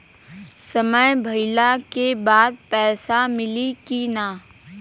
समय भइला के बाद पैसा मिली कि ना?